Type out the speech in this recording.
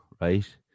right